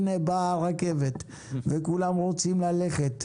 הנה באה הרכבת, וכולם רוצים ללכת,